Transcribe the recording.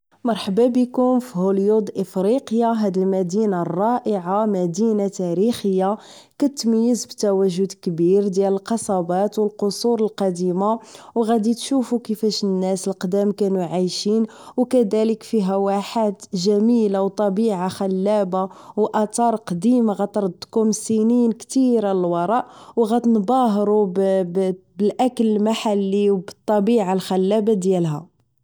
مرحبا بكم فهوليود افريقيا هاد المدينة الرائعة مدينة تاريخية كتميز بتواجد كبير ديال القصبات و القصور القديمة و غادي تشوفو كيفاش الناس القدام كانو عايشين و كذالك فيها واحات جميلة و طبيعة خلابة و ٱثار قديمة غتردكم سنين كثيرة للوراء و غتنباهرو ب-ب الاكل المحلي و بالطبيعة الخلابة ديالها